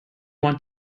want